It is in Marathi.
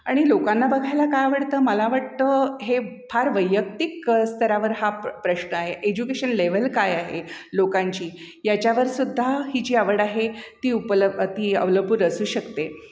आणि लोकांना बघायला काय आवडतं मला वाटतं हे फार वैयक्तिक स्तरावर हा प्र प्रश्न आहे एज्युकेशन लेवल काय आहे लोकांची याच्यावर सुद्धा ही जी आवड आहे ती उपल ती अवलंपूर असू शकते